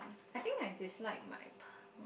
I think I dislike my p~